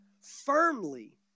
firmly